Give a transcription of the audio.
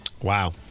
Wow